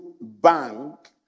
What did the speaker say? bank